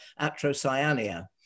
atrocyania